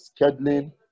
scheduling